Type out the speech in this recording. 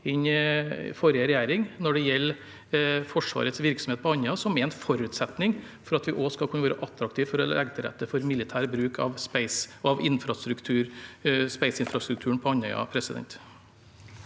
forrige regjering når det gjelder Forsvarets virksomhet på Andøya, som er en forutsetning for at vi også skal kunne være attraktive for å legge til rette for militær bruk av space-infrastrukturen på Andøya. Ine